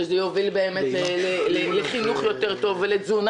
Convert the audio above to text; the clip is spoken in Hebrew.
שזה יוביל לחינוך טוב יותר ולתזונה